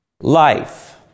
Life